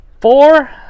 Four